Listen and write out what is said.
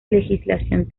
legislación